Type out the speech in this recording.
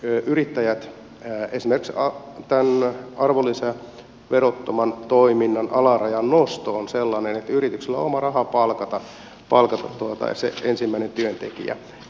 meidän pitäisi tehdä sellaisia ratkaisuja esimerkiksi tämän arvonlisäverottoman toiminnan alarajan nosto on sellainen että yrityksillä on oma raha palkata se ensimmäinen työntekijä